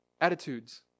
attitudes